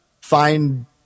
find